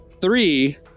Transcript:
Three